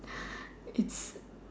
its